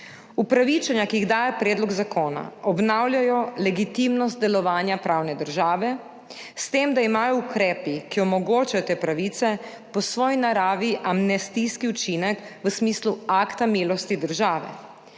Upravičenja, ki jih daje predlog zakona, obnavljajo legitimnost delovanja pravne države, s tem da imajo ukrepi, ki omogočajo te pravice, po svoji naravi amnestijski učinek v smislu akta milosti države.